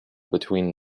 between